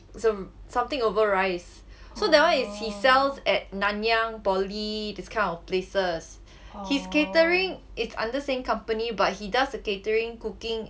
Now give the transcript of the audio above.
is a something over rice so that [one] is he sells at nanyang poly this kind of places his catering is under same company but he does the catering cooking